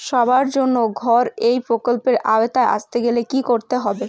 সবার জন্য ঘর এই প্রকল্পের আওতায় আসতে গেলে কি করতে হবে?